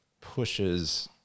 pushes